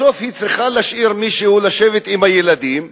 בסוף היא צריכה להשאיר מישהו לשבת עם הילדים.